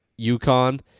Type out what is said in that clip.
UConn